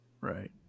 right